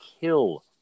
kill